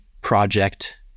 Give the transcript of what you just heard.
project